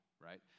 right